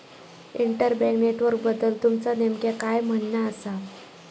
inter bank नेटवर्कबद्दल तुमचा नेमक्या काय म्हणना आसा